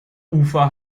ufer